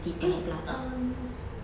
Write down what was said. eh um